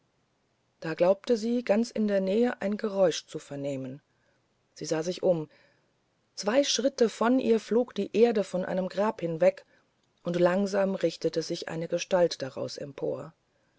da glaubte sie ganz in der nähe ein geräusch zu vernehmen sie sah sich um zwei schritte von ihr flog die erde von einem grab hinweg und langsam richtete sich eine gestalt daraus empor